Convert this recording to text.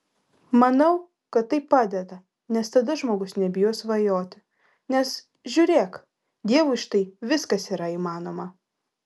manau kad tai padeda nes tada žmogus nebijo svajoti nes žiūrėk dievui štai viskas yra įmanoma